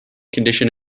condition